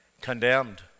Condemned